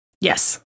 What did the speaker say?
yes